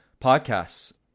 podcasts